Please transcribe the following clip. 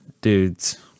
dudes